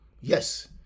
Yes